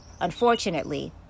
unfortunately